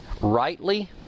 Rightly